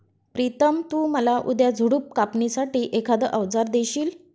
प्रितम तु मला उद्या झुडप कापणी साठी एखाद अवजार देशील?